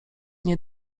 nie